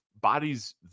bodies